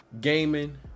gaming